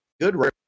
good